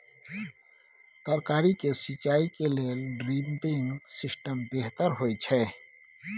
तरकारी के सिंचाई के लेल ड्रिपिंग सिस्टम बेहतर होए छै?